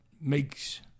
makes